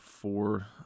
four